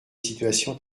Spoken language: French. situations